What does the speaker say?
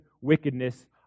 wickedness